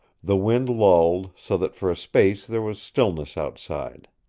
the wind lulled, so that for a space there was stillness outside.